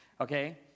Okay